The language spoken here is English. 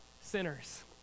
sinners